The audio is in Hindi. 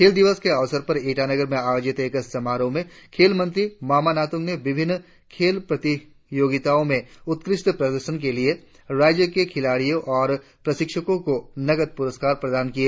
खेल दिवस के अवसर पर ईटानगर में आयोजित एक समारोह में खेल मंत्री मामा नातुंग ने विभिन्न खेल प्रतियोगिताओं में उत्कृष्ट प्रदर्शन के लिए राज्य के खिलाड़ियों और प्रशिक्षकों को नकद पुरस्कार प्रदान किए